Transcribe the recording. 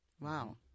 Wow